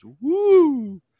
Woo